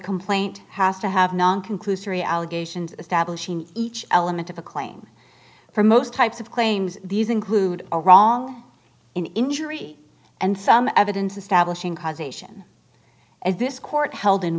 complaint has to have non conclusory allegations establishing each element of a claim for most types of claims these include a wrong injury and some evidence establishing causation as this court held in